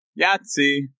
Yahtzee